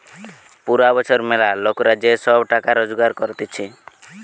পুরা বছর ম্যালা লোকরা যে সব টাকা রোজগার করতিছে